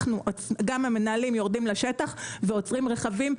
גם המנהלים יורדים לשטח ועוצרים רכבים,